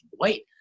wait